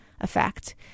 Effect